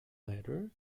letter